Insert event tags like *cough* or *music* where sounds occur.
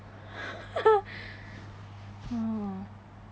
*laughs* oh